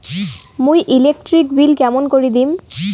মুই electric bill কেমন করি দিম?